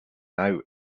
now